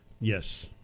Yes